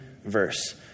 verse